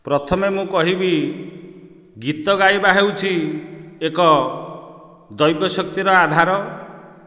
ପ୍ରଥମେ ମୁଁ କହିବି ଗୀତ ଗାଇବା ହେଉଛି ଏକ ଦୈବଶକ୍ତିର ଆଧାର